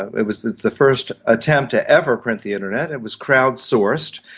it was the the first attempt to ever print the internet. it was crowd-sourced,